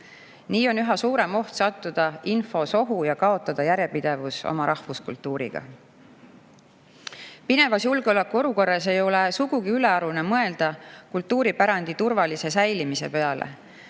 Nii on üha suurem oht sattuda infosohu ja kaotada järjepidevus oma rahvuskultuuriga. Pinevas julgeolekuolukorras ei ole sugugi ülearune mõelda kultuuripärandi turvalise säilimise peale,